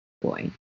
boy